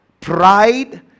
Pride